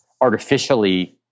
artificially